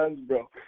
bro